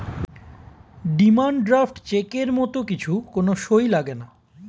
demand draft চেকের মত কিছু কোন সই লাগেনা